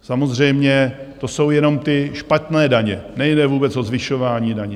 Samozřejmě to jsou jenom ty špatné daně, nejde vůbec o zvyšování daní.